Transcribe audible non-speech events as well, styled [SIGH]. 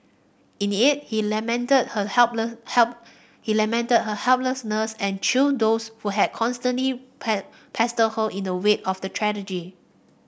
in it he lamented her [UNINTELLIGIBLE] help he lamented her helplessness and chided those who had constantly pie pestered her in the wake of the tragedy